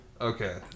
Okay